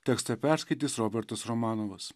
tekstą perskaitys robertas romanovas